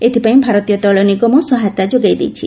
ଏଥିପାଇଁ ଭାରତୀୟ ତେିଳ ନିଗମ ସହାୟତା ଯୋଗାଇ ଦେଇଛି